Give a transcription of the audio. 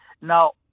Now